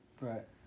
Right